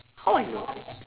how I know